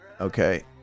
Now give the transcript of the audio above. Okay